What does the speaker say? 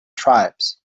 tribes